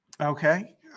Okay